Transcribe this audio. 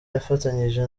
yafatanyije